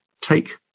take